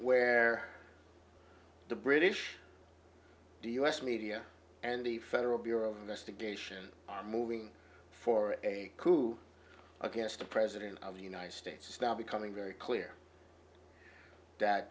where the british the u s media and the federal bureau of investigation are moving for a coup against the president of the united states now becoming very clear that